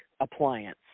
appliance